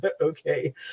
Okay